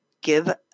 give